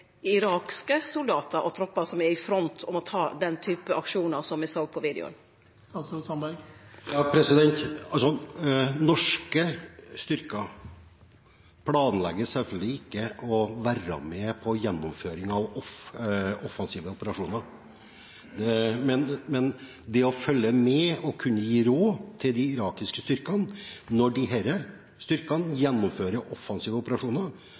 og troppar som er i front som må ta den type aksjonar som me såg på videoen? Norske styrker planlegger selvfølgelig ikke å være med på gjennomføring av offensive operasjoner, men det å følge med og kunne gi råd til de irakiske styrkene når disse gjennomfører offensive operasjoner